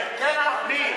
כן, אנחנו מתנגדים.